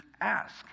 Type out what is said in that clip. ask